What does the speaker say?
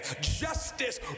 Justice